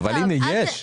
הינה, יש.